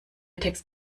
text